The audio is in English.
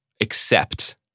accept